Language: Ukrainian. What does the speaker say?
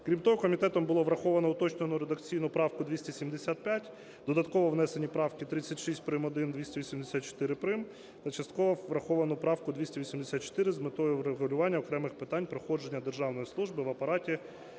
Крім того, комітетом було враховано уточнену редакційну правку 275, додатково внесені правки 36 прим.1, 284 прим. та частково враховано правку 284 з метою врегулювання окремих питань проходження державної служби в Апараті